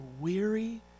weary